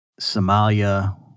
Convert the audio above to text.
Somalia